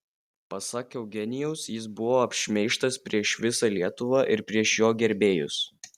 pasak eugenijaus jis buvo apšmeižtas prieš visą lietuvą ir prieš jo gerbėjus